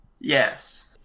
yes